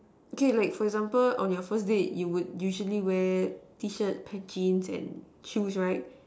okay like for example on your first date you will usually wear T shirt pack jeans and shoes right